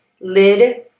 lid